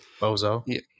Bozo